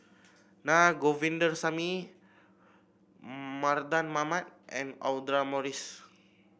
Naa Govindasamy Mardan Mamat and Audra Morrice